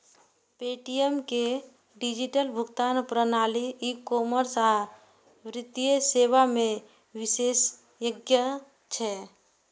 Paytm के digital भुगतान प्रणाली, ई कॉमर्स आ वित्तीय सेवा मे विशेषज्ञता छै